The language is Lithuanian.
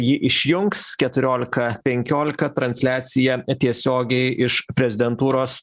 jį išjungs keturiolika penkiolika transliacija tiesiogiai iš prezidentūros